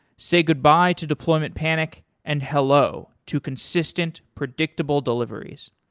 say goodbye to deployment panic and hello to consistent predictable deliveries.